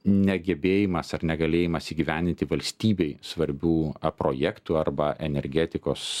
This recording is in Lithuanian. negebėjimas ar negalėjimas įgyvendinti valstybei svarbių projektų arba energetikos